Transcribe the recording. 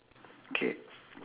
K